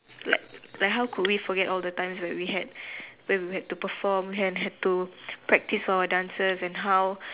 like like how could we forget all the times where we had where he had to perform had had to practice our dances and how